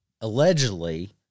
Allegedly